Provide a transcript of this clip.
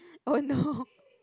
oh no